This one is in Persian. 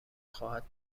خواهد